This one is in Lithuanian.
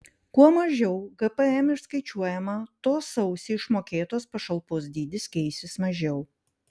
kuo mažiau gpm išskaičiuojama tuo sausį išmokėtos pašalpos dydis keisis mažiau